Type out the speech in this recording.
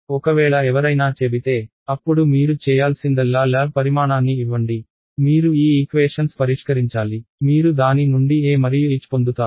ఒకవేళ ఎవరైనా చెబితే అప్పుడు మీరు చేయాల్సిందల్లా ల్యాబ్ పరిమాణాన్ని ఇవ్వండి మీరు ఈ ఈక్వేషన్స్ పరిష్కరించాలి మీరు దాని నుండి E మరియు H పొందుతారు